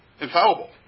infallible